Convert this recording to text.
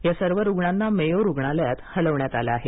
या सर्व रुग्णांना मेयो रुग्णालयात हलविण्यात आलं आहे